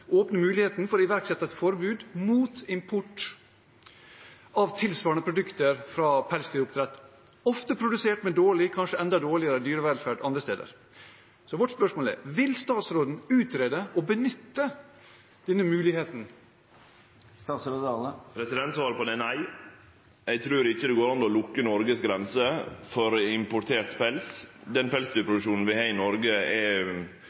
muligheten for å iverksette et forbud mot import av tilsvarende produkter fra pelsdyroppdrett, ofte produsert med dårlig – kanskje enda dårligere – dyrevelferd andre steder. Så vårt spørsmål er: Vil statsråden utrede og benytte denne muligheten? Svaret på det er nei. Eg trur ikkje det går an å lukke Noregs grenser for importert pels. Når det gjeld den pelsdyrproduksjonen vi har i Noreg, er